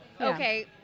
Okay